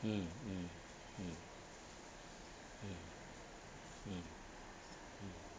mm mm mm mm mm mm